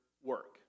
work